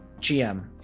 GM